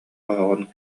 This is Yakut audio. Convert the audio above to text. оһоҕун